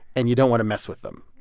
and you don't want to mess with them.